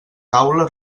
taula